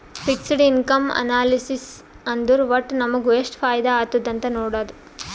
fixed income analysis ಅಂದುರ್ ವಟ್ಟ್ ನಮುಗ ಎಷ್ಟ ಫೈದಾ ಆತ್ತುದ್ ಅಂತ್ ನೊಡಾದು